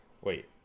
wait